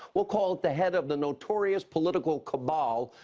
we'll call it the head of the notorious political cabal,